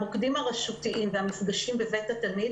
המוקדים הרשותיים והמפגשים בבית התלמיד